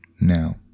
now